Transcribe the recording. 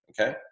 okay